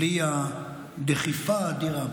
בלי הדחיפה האדירה,